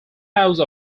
house